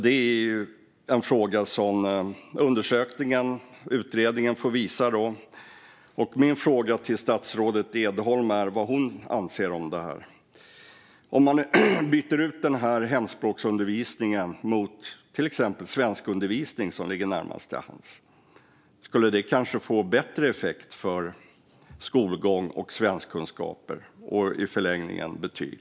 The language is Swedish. Det får utredningen visa. Min fråga till statsrådet är vad hon anser om detta. Om man byter ut hemspråksundervisningen mot till exempel svenskundervisning, som ligger närmast till hands, skulle det kanske få bättre effekt när det gäller skolgång och svenskkunskaper och i förlängningen betyg.